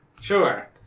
Sure